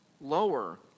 lower